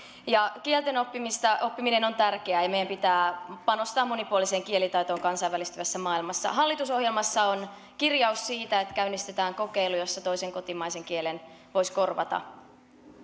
kielten oppiminen on tärkeää ja meidän pitää panostaa monipuoliseen kielitaitoon kansainvälistyvässä maailmassa hallitusohjelmassa on kirjaus siitä että käynnistetään kokeilu jossa toisen kotimaisen kielen voisi korvata